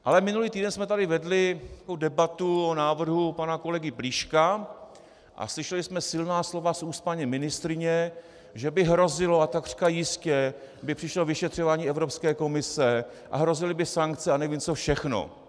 Ale minulý týden jsme tady vedli debatu o návrhu pana kolegy Plíška a slyšeli jsme silná slova z úst paní ministryně, že by hrozilo a takřka jistě by přišlo vyšetřování Evropské komise a hrozily by sankce a nevím co všechno.